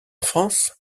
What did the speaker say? france